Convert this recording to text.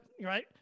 right